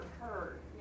hurt